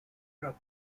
truck